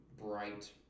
bright